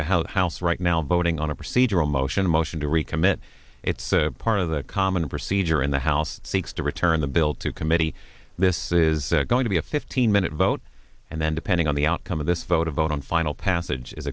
house house right now boating on a procedural motion a motion to recommit it's a part of the common procedure in the house seeks to return the bill to committee this is going to be a fifteen minute vote and then depending on the outcome of this vote a vote on final passage is